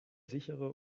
sichere